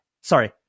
Sorry